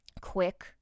quick